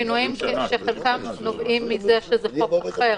השינויים שהבאנו הם שינויים שחלקם נובעים מכך שזה חוק אחר.